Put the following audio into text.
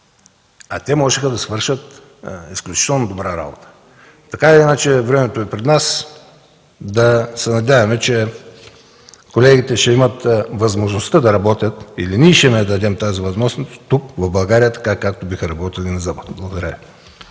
а те можеха да свършат изключително добра работа. Времето е пред нас и да се надяваме, че колегите ще имат възможността да работят или ние ще им дадем тази възможност да работят тук, в България, така както биха работили на Запад. Благодаря